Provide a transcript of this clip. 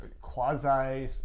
quasi